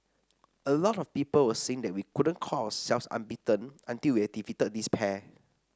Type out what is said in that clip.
a lot of people were saying that we couldn't call ourselves unbeaten until we had defeated this pair